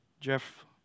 Jeff